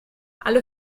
alle